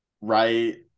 right